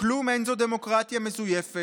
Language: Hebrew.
כלום אין זו דמוקרטיה מזויפת